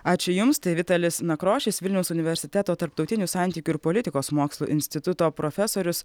ačiū jums tai vitalis nakrošis vilniaus universiteto tarptautinių santykių ir politikos mokslų instituto profesorius